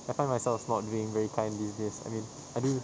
I find myself not doing very kind these days I mean I do